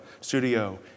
studio